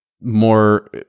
more